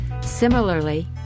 similarly